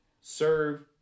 serve